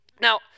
Now